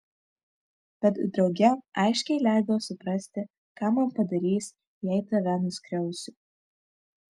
bet drauge aiškiai leido suprasti ką man padarys jei tave nuskriausiu